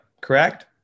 correct